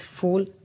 full